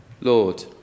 Lord